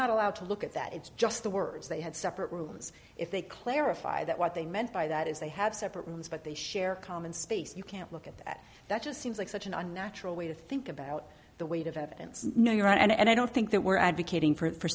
not allowed to look at that it's just the words they had separate rooms if they clarify that what they meant by that is they have separate rooms but they share common space you can't look at that that just seems like such an unnatural way to think about the weight of evidence no you're right and i don't think that we're advocating for